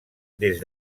des